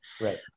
Right